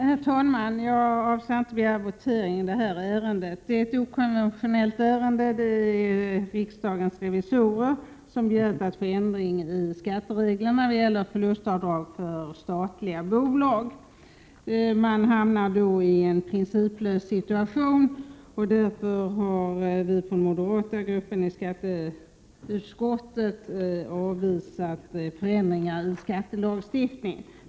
Herr talman! Jag avser inte att begära votering i detta ärende. Detta ärende är ett okonventionellt ärende. Det är riksdagens revisorer som har begärt en förändring i skattereglerna när det gäller förlustavdrag för statliga bolag. Man skulle då hamna i en principlös situation, och därför har vi från den moderata gruppen i skatteutskottet avvisat denna förändring i skattelagstiftningen.